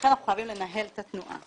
לכן אנחנו חייבים לנהל את התנועה.